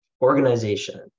Organization